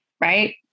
right